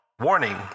Warning